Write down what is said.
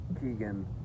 Keegan